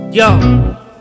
Yo